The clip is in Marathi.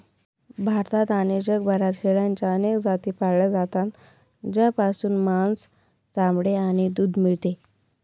भारतात आणि जगभरात शेळ्यांच्या अनेक जाती पाळल्या जातात, ज्यापासून मांस, चामडे आणि दूध मिळते